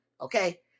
okay